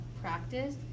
practice